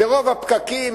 מרוב הפקקים,